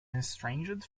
estranged